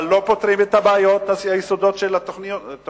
אבל לא פותרים את הבעיות היסודיות של תוכניות